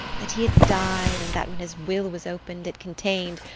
that he had died and that when his will was opened it contained,